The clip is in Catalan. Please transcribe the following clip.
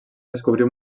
descobrir